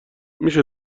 میشه